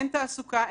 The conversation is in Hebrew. אין תעסוקה,